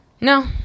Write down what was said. No